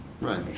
Right